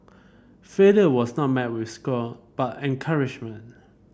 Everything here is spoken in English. failure was not met with scorn but encouragement